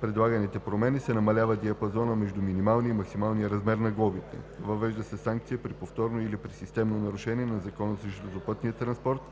предлаганите промени се намалява диапазонът между минималния и максималния размер на глобите. Въвежда се санкция при повторно или при системно нарушение на Закона за железопътния транспорт